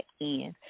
end